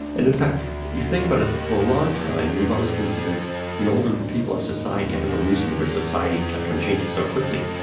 and in fact if you think about it for a long time, we've always considered the older people of society. up until recently where society kept on changing so quickly.